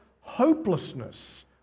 hopelessness